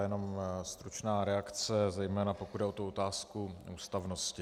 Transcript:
Jenom stručná reakce, zejména pokud jde o otázku ústavnosti.